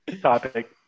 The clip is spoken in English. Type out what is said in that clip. topic